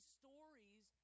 Stories